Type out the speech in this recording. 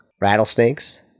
rattlesnakes